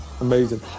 Amazing